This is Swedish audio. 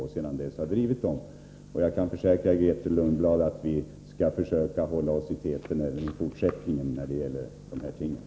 Vi har sedan dess drivit dessa frågor, och jag kan försäkra Grethe Lundblad att vi skall försöka hålla oss i täten även i fortsättningen.